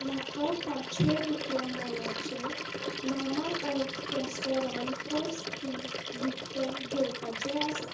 म्हाका पांचशें रुपया मोलाचें Mamaearth castor oil for skin विकतें घेवपाचें आसा